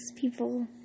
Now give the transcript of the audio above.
people